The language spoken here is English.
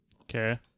Okay